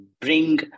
bring